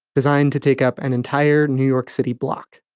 designed to take up an entire new york city block.